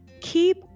keep